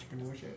entrepreneurship